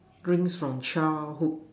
dreams from childhood